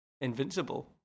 Invincible